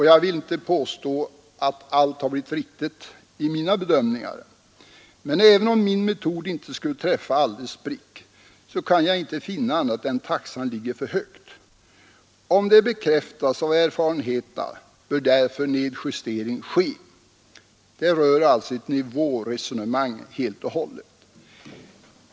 Jag vill inte påstå att allt har blivit riktigt i mina bedömningar, men även om min metod inte skulle träffa alldeles prick, kan jag inte finna annat än att taxan ligger för högt. Om detta bekräftas av erfarenheterna bör därför en nedjustering ske. Det rör alltså nivåresonemanget helt och hållet.